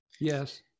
Yes